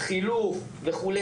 חילוף וכו'.